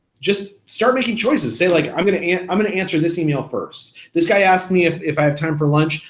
just start making choices. say like i'm gonna and i'm gonna answer this email first. this guy asked me if if i have time for lunch.